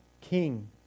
king